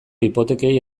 hipotekei